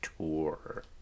tour